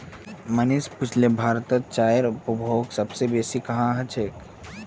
मनीष पुछले भारतत चाईर उपभोग सब स बेसी कुहां ह छेक